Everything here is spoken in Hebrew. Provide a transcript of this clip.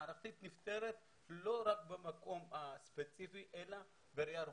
מערכתית נפתרת לא רק במקום הספציפי אלא בראייה רוחבית,